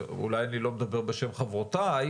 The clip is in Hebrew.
אולי אני לא מדבר בשם חברותיי,